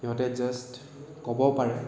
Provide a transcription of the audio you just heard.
সিহঁতে জাষ্ট ক'ব পাৰে